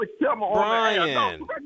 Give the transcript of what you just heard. Brian